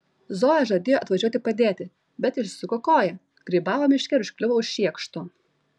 zoja žadėjo atvažiuoti padėti bet išsisuko koją grybavo miške ir užkliuvo už šiekšto